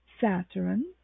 Saturn